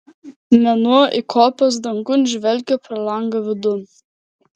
mėnuo įkopęs dangun žvelgia pro langą vidun